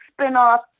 spin-off